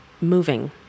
moving